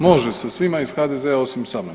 Može sa svima iz HDZ-a osim samom.